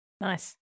nice